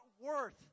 worth